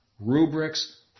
Rubrics